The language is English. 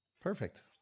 Perfect